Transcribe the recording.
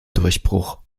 durchbruch